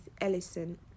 Ellison